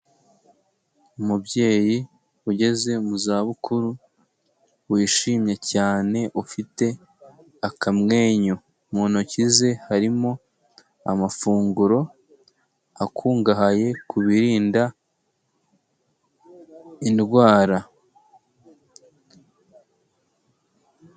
Umubyeyi ugeze mu zabukuru wishimye cyane ufite akamwenyu, mu ntoki ze harimo amafunguro akungahaye ku birinda indwara.